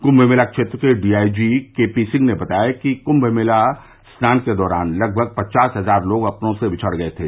कृम्म मेला क्षेत्र के D I G K P Singh ने बताया कि कृम्म मेला स्नान के दौरान लगभग पचास हजार लोग अपने से बिछड़ गये थे